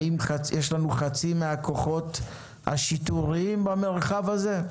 האם יש לנו חצי מהכוחות השיטוריים במרחב הזה?